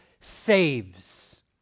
saves